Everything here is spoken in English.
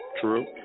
True